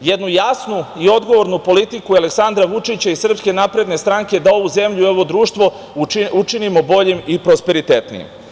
jednu jasnu i odgovornu politiku Aleksandra Vučića i SNS da ovu zemlju i ovo društvo učinimo boljim i prosperitetnijim.